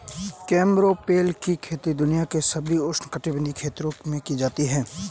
carambola पेड़ की खेती दुनिया के सभी उष्णकटिबंधीय क्षेत्रों में की जाती है